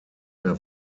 mehr